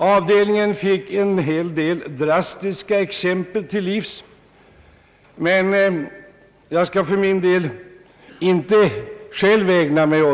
Avdelningen fick en del drastiska exempel härpå, men jag tänker inte gå närmare in